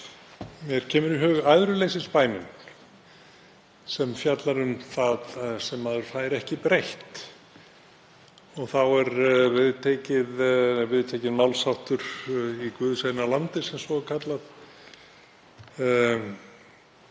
mér kemur í hug æðruleysisbænin sem fjallar um það sem maður fær ekki breytt. Þá er viðtekinn málsháttur í guðs eina landi, sem svo er kallað: